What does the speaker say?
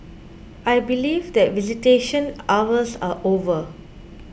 I believe that visitation hours are over